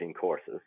courses